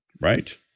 right